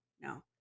No